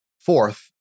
Fourth